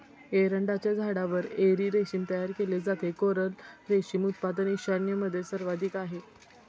एरंडाच्या झाडावर एरी रेशीम तयार केले जाते, कोरल रेशीम उत्पादन ईशान्येमध्ये सर्वाधिक आहे